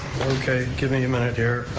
okay, give me a minute here.